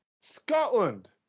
Scotland